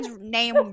name